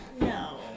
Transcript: No